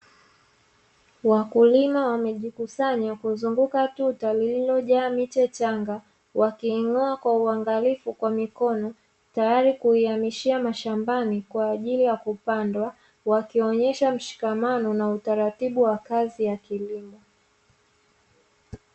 Wakulima wamejikusanya kuzunguka tuta lililojaa miche changa, wakiing’oa kwa uangalifu kwa mikono tayari kuihamishia mashambani kwa ajili ya kupandwa. Wakionyesha mshikamano na utaratibu wa kazi ya kilimo.